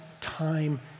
time